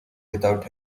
without